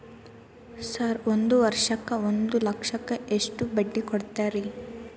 Sir ಒಂದು ವರ್ಷಕ್ಕ ಒಂದು ಲಕ್ಷಕ್ಕ ಎಷ್ಟು ಬಡ್ಡಿ ಕೊಡ್ತೇರಿ?